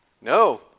no